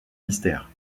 mystère